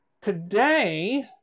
Today